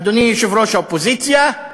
אדוני יושב-ראש האופוזיציה,